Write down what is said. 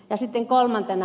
ja sitten kolmantena